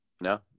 No